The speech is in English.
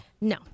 no